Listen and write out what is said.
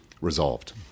resolved